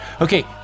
okay